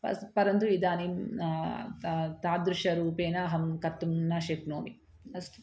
पस् परन्तु इदानीं त तादृशरूपेण अहं कर्तुं न शक्नोमि अस्तु